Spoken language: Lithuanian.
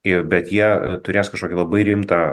ir bet jie turės kažkokį labai rimtą